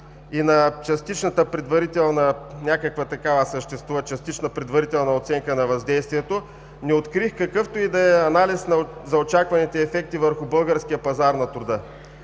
и на частичната предварителна оценка на въздействието аз не открих какъвто и да е анализ за очакваните ефекти върху българския пазар на труда.